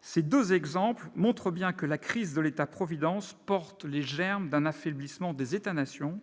Ces deux exemples montrent bien que la crise de l'État-providence porte les germes d'un affaiblissement des États-nation